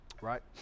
Right